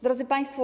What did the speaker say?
Drodzy Państwo!